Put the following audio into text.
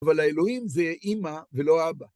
אבל האלוהים זה אימא ולא אבא.